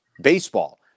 baseball